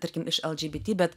tarkim iš lgbt bet